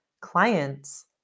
clients